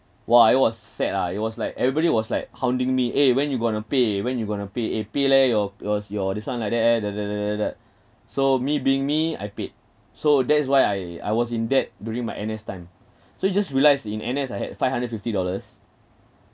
!wah! it was sad ah it was like everybody was like hounding me eh when you going to pay when you going to pay eh pay leh your yours your this one like that leh !duh! !duh! !duh! !duh! !duh! !duh! so me being me I paid so that is why I I was in debt during my N_S time so you just realise in N_S I had five hundred fifty dollars